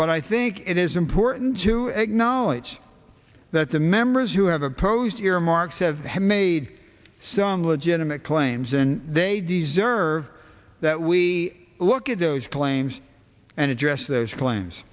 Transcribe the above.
but i think it is important to acknowledge that the members who have opposed earmarks have have made some legitimate claims and they deserve that we look at those claims and address those cla